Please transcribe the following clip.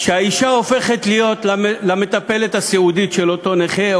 האישה הופכת להיות המטפלת הסיעודית של אותו נכה,